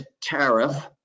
tariff